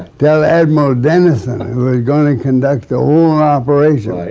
tell admiral dennison who was going to conduct the whole and operation.